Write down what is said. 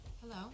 hello